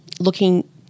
looking